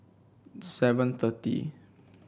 seven thirty